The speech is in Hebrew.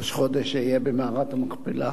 ראש חודש, אהיה במערת המכפלה.